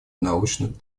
научных